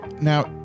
now